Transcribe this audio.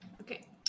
Okay